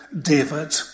David